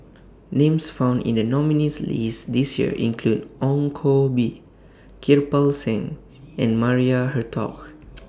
Names found in The nominees' list This Year include Ong Koh Bee Kirpal Singh and Maria Hertogh